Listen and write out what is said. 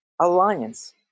alliance